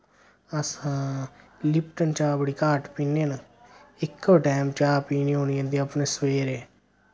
असां लिफ्टन चाह् बड़ी घट्ट पीन्ने न इक्को टैम चा पीन्नी होन्नी होंदी अपने सवेरे